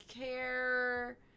care